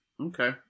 okay